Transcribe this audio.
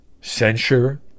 censure